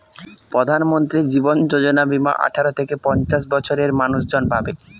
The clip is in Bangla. প্রধানমন্ত্রী জীবন যোজনা বীমা আঠারো থেকে পঞ্চাশ বছরের মানুষজন পাবে